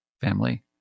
family